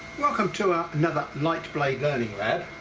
welcome to another lightblade learning lab.